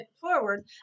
forward